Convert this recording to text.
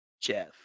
Jeff